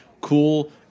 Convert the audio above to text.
cool